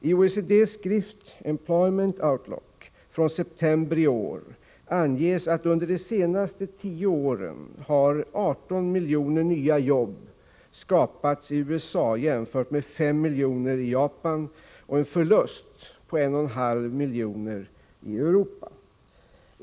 I OECD:s skrift Employment Outlook från september i år anges att 18 miljoner nya arbeten har skapats i USA under de senaste tio åren. Detta kan jämföras med S miljoner nya arbeten i Japan under samma tid och en förlust på 1,5 miljoner i Europa.